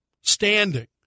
standing